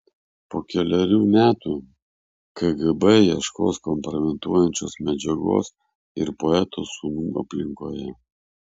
po kelerių metų kgb ieškos kompromituojančios medžiagos ir poeto sūnų aplinkoje